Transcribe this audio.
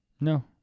No